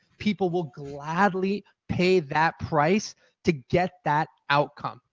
people will gladly pay that price to get that outcome.